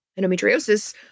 Endometriosis